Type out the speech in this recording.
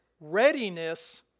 Readiness